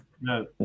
No